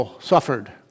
suffered